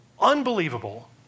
unbelievable